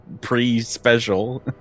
pre-special